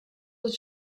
els